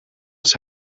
als